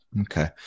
Okay